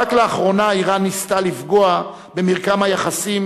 רק לאחרונה אירן ניסתה לפגוע במרקם היחסים